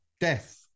death